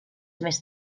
més